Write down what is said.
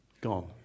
Gone